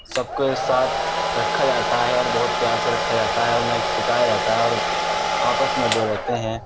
سب کو ایک ساتھ رکھا جاتا ہے اور بہت پیار سے رکھا جاتا ہے اور انہیں ایک سکھایا جاتا ہے اور آپس میں جو رہتے ہیں